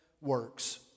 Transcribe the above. works